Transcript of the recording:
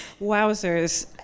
wowzers